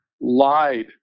lied